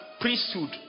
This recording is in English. priesthood